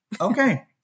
Okay